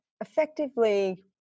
effectively